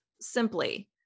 simply